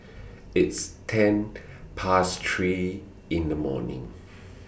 its ten Past three in The morning